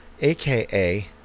aka